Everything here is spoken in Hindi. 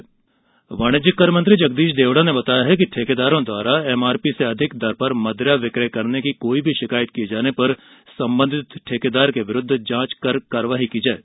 आबकारी वाणिज्यिक कर मंत्री जगदीश देवड़ा ने बताया है कि ठेकेदारों द्वारा एमआरपी से अधिक दर पर मदिरा विक्रय करने की कोई शिकायत उपभोक्ता द्वारा किये जाने पर संबंधित ठेकेदार के विरूद्व जांच कर कार्यवाही की जाये